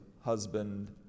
husband